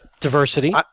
Diversity